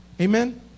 Amen